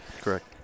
Correct